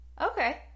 okay